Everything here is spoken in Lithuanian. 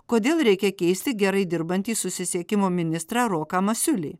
kodėl reikia keisti gerai dirbantį susisiekimo ministrą roką masiulį